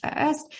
first